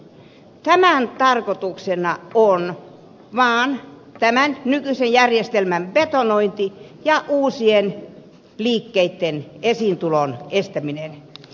tämän tarkoituksena on vaan tämän nykyisen järjestelmän betonointi ja uusien liikkeitten esiintulon estäminen